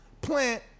plant